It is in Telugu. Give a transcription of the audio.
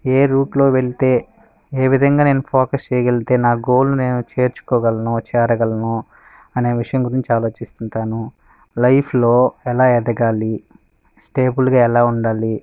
ఏ రూట్లో వెళ్తే ఏ విధంగా నేను ఫోకస్ చేయగలిగితే నా గోల్ని నేను చేర్చుకోగలను చేరగలను అనే విషయం గురించి ఆలోచిస్తుంటాను లైఫ్లో ఎలా ఎదగాలి స్టేబుల్గా ఎలా ఉండాలి